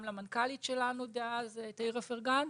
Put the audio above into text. גם למנכ"לית שלנו דאז תאיר אפרגן,